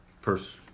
first